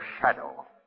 Shadow